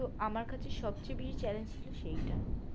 তো আমার কাছে সবচেয়ে বেশি চ্যালেঞ্জ ছিল সেইটা